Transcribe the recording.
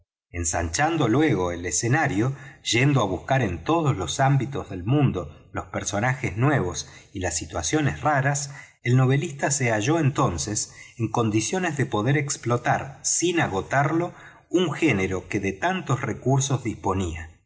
ensanchando luego el escenario yendo á buscar en todos los ámbitos del mundo loa personajes nuevos y las situaciones raras el novelista se halló entonces en condiciones do poder explotar sin agotarlo un género que de tantos recursos disponía